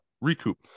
recoup